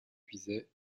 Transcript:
puisaye